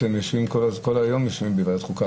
אתם כל היום יושבים בוועדת חוקה,